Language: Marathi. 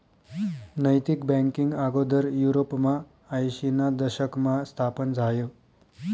नैतिक बँकींग आगोदर युरोपमा आयशीना दशकमा स्थापन झायं